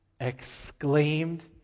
exclaimed